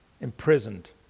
imprisoned